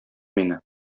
мине